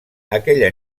aquella